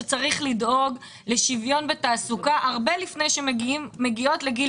שצריך לדאוג לשוויון בתעסוקה הרבה לפני שהן מגיעות לגיל פרישה.